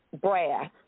brass